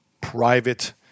private